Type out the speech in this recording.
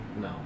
No